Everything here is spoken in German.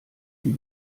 die